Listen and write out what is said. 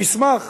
מסמך